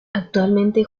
actualmente